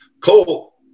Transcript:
Cole